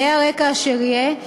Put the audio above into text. יהא הרקע אשר יהא,